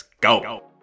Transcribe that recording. go